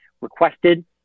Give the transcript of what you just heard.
requested